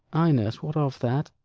ay, nurse what of that?